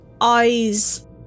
eyes